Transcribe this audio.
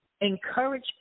encourage